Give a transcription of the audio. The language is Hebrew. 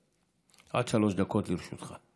בבקשה, אדוני, עד שלוש דקות לרשותך.